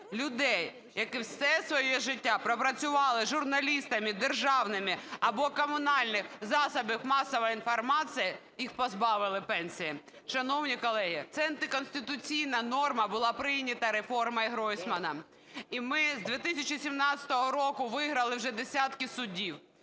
Людей, які все своє життя пропрацювали журналістами державних або комунальних засобів масової інформації, їх позбавили пенсії. Шановні колеги, ця антиконституційна норма була прийнята реформою Гройсмана. І ми з 2017 року виграли вже десятки судів.